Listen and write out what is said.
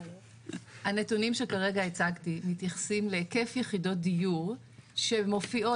הנתונים שכרגע הצגתי מתייחסים להיקף יחידות דיור שמופיעות,